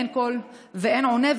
אין קול ואין עונה.